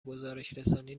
گزارشرسانی